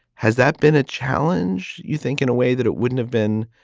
has that been a challenge, you think, in a way that it wouldn't have been